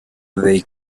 they